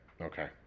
okay